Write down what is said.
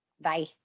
Bye